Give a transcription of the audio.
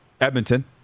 Edmonton